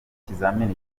ikizamini